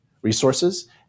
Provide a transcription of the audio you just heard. Resources